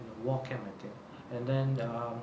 walk a mathin and then um